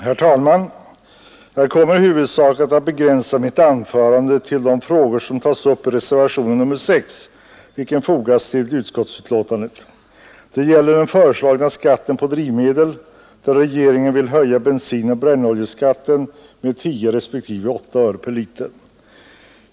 Herr talman! Jag kommer i huvudsak att begränsa mitt anförande till de frågor som tas upp i reservationen 6 i skatteutskottsbetänkande nr 32. Det gäller den föreslagna skatten på drivmedel. Regeringen vill höja bensinoch brännoljeskatten med 10 respektive 8 öre per liter.